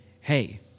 hey